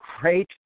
great